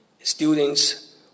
Students